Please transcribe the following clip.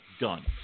done